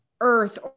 earth